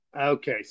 okay